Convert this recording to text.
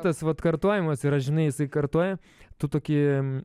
tas vat kartojimas yra žinai jisai kartoja tu tokį